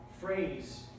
phrase